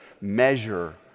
measure